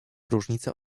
różnica